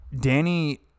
Danny